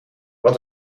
wat